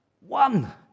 One